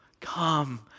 Come